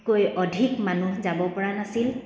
কৈ অধিক মানুহ যাব পৰা নাছিল